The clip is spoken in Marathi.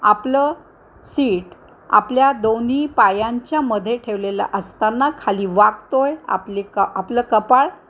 आपलं सीट आपल्या दोन्ही पायांच्या मध्ये ठेवलेलं असताना खाली वाकतो आहे आपले क आपलं कपाळ